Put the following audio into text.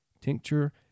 tincture